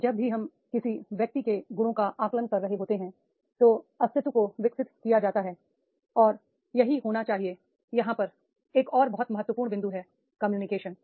जब भी हम किसी व्यक्ति के गुणों का आकलन कर रहे होते हैं तो अस्तित्व को विकसित किया जाता है और यही होना चाहिए यहां पर एक और बहुत महत्वपूर्ण बिंदु कम्युनिकेशन है